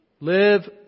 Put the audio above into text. Live